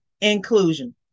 inclusion